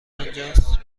آنجاست